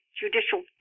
judicial